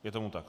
Je tomu tak.